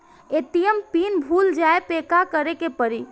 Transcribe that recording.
ATM pin भूल जाए पे का करे के पड़ी?